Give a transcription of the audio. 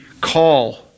call